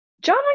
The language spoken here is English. john